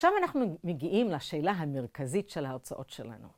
עכשיו אנחנו מגיעים לשאלה המרכזית של ההרצאות שלנו.